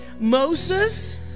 Moses